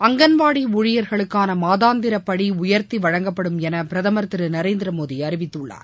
அங்கன்வாடி ஊழியர்களுக்கான மாதாந்திர படி உயர்த்தி வழங்கப்படும் என பிரதமர் திரு நரேந்திரமோடி அறிவித்துள்ளார்